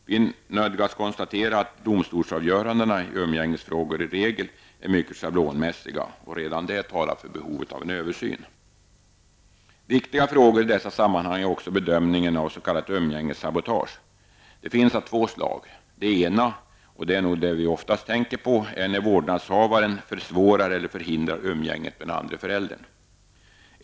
Vi nödgas konstatera att domstolsavgörandena i umgängesfrågor i regel är mycket schablonmässiga. Redan detta talar för behovet av en översyn. Viktiga frågor i dessa sammanhang är också bedömningen av s.k. umgängessabotage. Sådana finns det av två slag. Det ena -- och det är nog det som vi oftast tänker på -- är när vårdnadshavaren försvårar eller förhindrar umgänget med den andre föräldern.